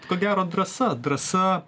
ko gero drąsa drąsa